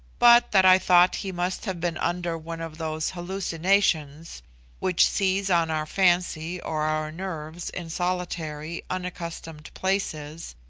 but that i thought he must have been under one of those hallucinations which seize on our fancy or our nerves in solitary, unaccustomed places,